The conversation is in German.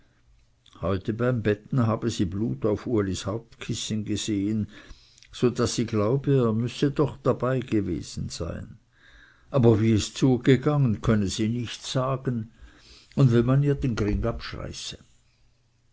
heute beim betten habe sie blut auf ulis hauptkissen gesehen so daß sie glaube er müsse doch dabei gewesen sein aber wie es zugegangen könne sie nicht sagen und wenn man ihr den gring